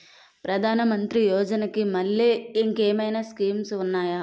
ప్రధాన మంత్రి యోజన కి మల్లె ఇంకేమైనా స్కీమ్స్ ఉన్నాయా?